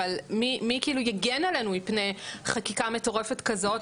אבל מי יגן עלינו מפני חקיקה מטורפת כזאת,